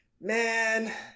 man